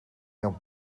mewn